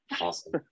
Awesome